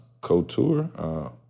Couture